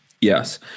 Yes